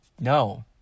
No